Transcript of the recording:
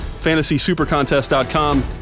fantasysupercontest.com